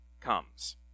comes